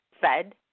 fed